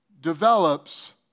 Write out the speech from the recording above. develops